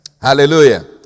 Hallelujah